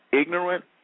Ignorant